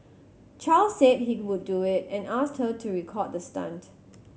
Chow said he would do it and asked her to record the stunt